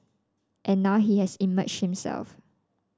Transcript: and now he has emerged himself